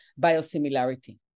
biosimilarity